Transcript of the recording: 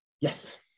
Yes